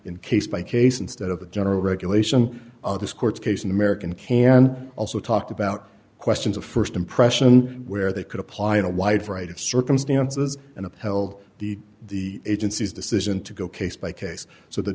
in case by case instead of the general regulation of this court case an american can also talked about questions of st impression where they could apply in a wide variety of circumstances and upheld the the agency's decision to go case by case so the